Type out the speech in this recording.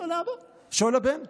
שואל הבן.